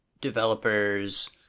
developers